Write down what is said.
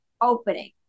opening